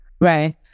Right